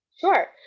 Sure